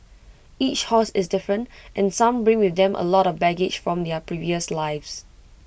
each horse is different and some bring with them A lot of baggage from their previous lives